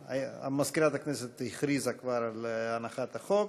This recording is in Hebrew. מזכירת הכנסת כבר הכריזה על הנחת החוק,